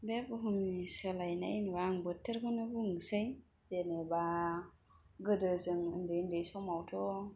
बे बुहुमनि सोलायनाय होनबा आं बोथोरखौनो बुंसै जेनेबा गोदो जों उन्दै उन्दै समावथ'